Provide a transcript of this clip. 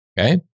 Okay